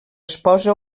esposa